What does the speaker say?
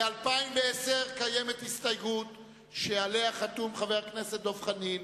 ל-2010 קיימת הסתייגות שעליה חתום חבר הכנסת דב חנין,